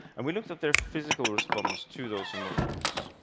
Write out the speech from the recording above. and we looked at their physical response to those emotions.